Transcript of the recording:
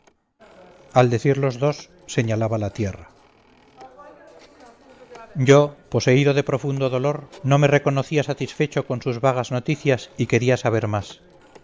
al decir los dos señalaba la tierra yo poseído de profundo dolor no me reconocía satisfecho con sus vagas noticias y quería saber más